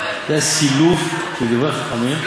זה היה סילוף של דברי חכמים,